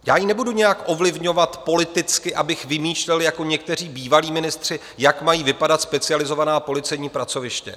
Já ji nebudu nijak ovlivňovat politicky, abych vymýšlel jako někteří bývalí ministři, jak mají vypadat specializovaná policejní pracoviště.